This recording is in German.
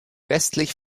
westlich